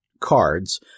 cards